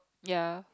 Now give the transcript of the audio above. ya